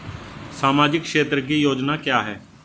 सामाजिक क्षेत्र की योजना क्या है?